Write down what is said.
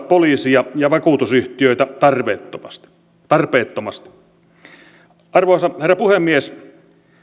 poliisia ja vakuutusyhtiöitä tarpeettomasti tarpeettomasti arvoisa herra puhemies